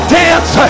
dance